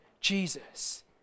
Jesus